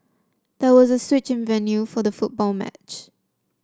there was a switch in venue for the football match